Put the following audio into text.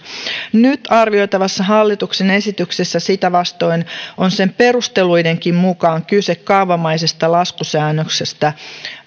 nyt arvioitavassa hallituksen esityksessä on sitä vastoin sen perusteluidenkin mukaan kyse kaavamaisesta laskusäännöksestä